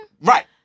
Right